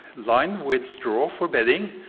lined with straw for bedding,